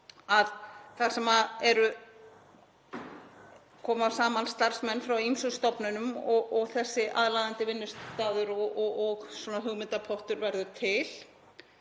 þar sem koma saman starfsmenn frá ýmsum stofnunum og aðlaðandi vinnustaður og hugmyndapottur verður til.